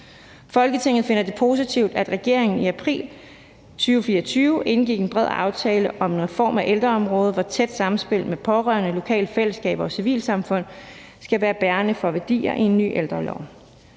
Folketinget finder det positivt, at regeringen i april 2024 indgik en bred aftale om en reform af ældreområdet, hvor tæt samspil med pårørende, lokale fællesskaber og civilsamfund skal være bærende værdier i en ny ældrelov.